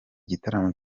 gitaramo